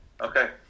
Okay